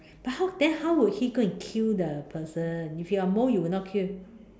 but how then how would he go and kill the person if you are a mole you will not kill